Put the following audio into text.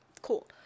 cool